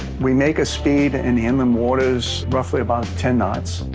we make a speed in the inland waters roughly about ten knots.